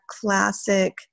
classic